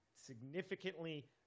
significantly